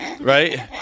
right